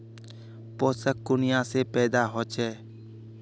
पोषण कुनियाँ से पैदा होचे?